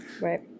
Right